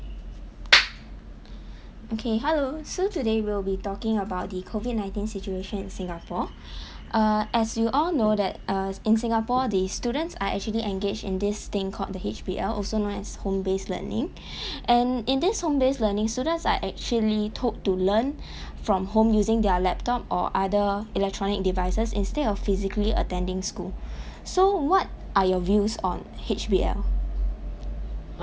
okay hello so today we'll be talking about the COVID nineteen situation in singapore err as you all know that err in singapore are students actually engaged in this thing called the H_B_L also known as home-based learning and in this home-based learning students are actually told to learn from home using their laptop or other electronic devices instead of physically attending school so what are your views on H_B_L